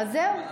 אז זהו.